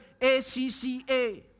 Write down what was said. ACCA